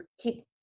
keep